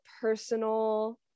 personal